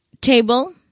table